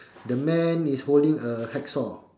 the man is holding a hacksaw